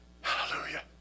Hallelujah